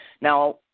Now